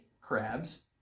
Crabs